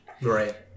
Right